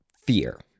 fear